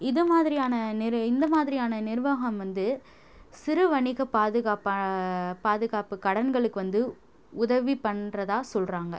இது மாதிரியான நிர் இந்த மாதிரியான நிர்வாகம் வந்து சிறு வணிக பாதுகாப்பாக பாதுகாப்பு கடன்களுக்கு வந்து உதவி பண்ணுறதா சொல்கிறாங்க